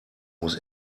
muss